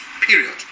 period